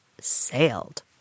sailed